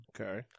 Okay